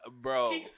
bro